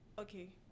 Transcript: Okay